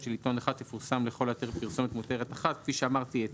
של עיתון אחד תפורסם לכל היותר פרסומת מותרה אחת." כפי שאמרתי,